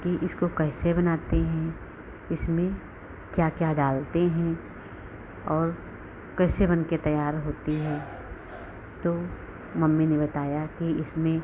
कि इसको कैसे बनाते हैं इसमें क्या क्या डालते हैं और कैसे बनकर तैयार होती है तो मम्मी ने बताया कि इसमें